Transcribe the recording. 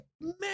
man